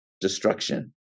Destruction